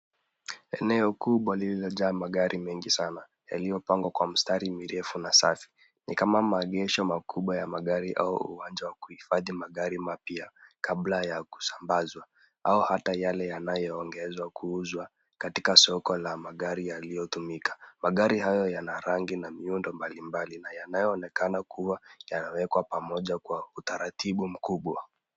Eneo kubwa lililojaa magari mengi sana yaliyopangwa kwa mstari mirefu na safi. Ni kama maegesho makubwa ya magari au uwanja wa kuhifadhi magari mapya kabla ya kusambazwa au hata yale yanayoongezwa kuuzwa katika soko la magari yaliyotumika. Magari hayo yana rangi na miundo mbalimbali na yanayoonekana kuwa yamewekwa pamoja kwa utaratibu mkubwa.